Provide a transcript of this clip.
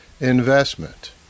investment